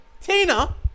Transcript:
Tina